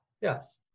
yes